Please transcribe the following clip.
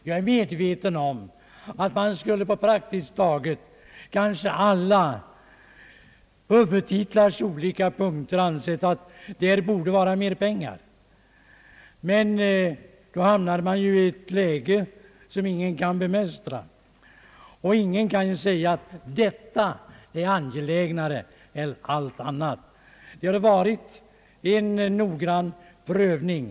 Jag är medveten om att man på praktiskt taget alla punkter i de olika huvudtitlarna kan anföra skäl för större anslag, men då hamnar vi ju i ett läge som ingen kan bemästra. Ingen kan säga att detta är angelägnare än allt annat. Det har skett en noggrann prövning.